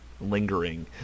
lingering